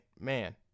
man